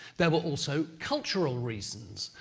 there were also cultural reasons.